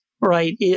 right